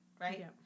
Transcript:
right